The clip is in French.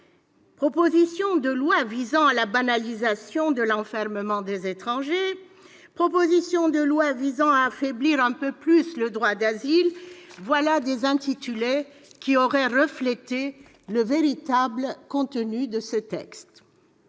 Proposition de loi visant à la banalisation de l'enfermement des étrangers » ou « proposition de loi visant à affaiblir un peu plus le droit d'asile »: voilà des intitulés qui auraient reflété le véritable contenu de ce texte.